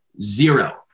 zero